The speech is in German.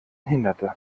hinderte